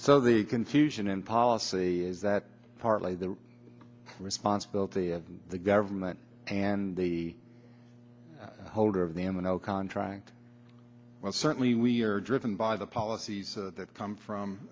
so the confusion in policy is that partly the responsibility of the government and the holder of the and the no contract well certainly we are driven by the policies that come